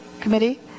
committee